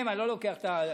אני לא לוקח את,